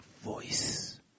voice